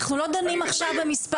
אנחנו לא דנים עכשיו במספר,